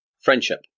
Friendship